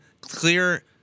clear